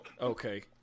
Okay